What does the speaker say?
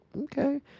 okay